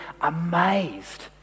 amazed